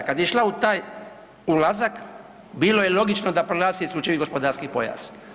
Kada je išla u taj ulazak bilo je logično da proglasi isključivi gospodarski pojas.